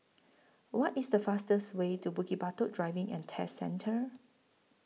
What IS The fastest Way to Bukit Batok Driving and Test Centre